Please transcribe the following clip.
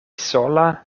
sola